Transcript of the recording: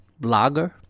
blogger